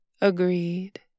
agreed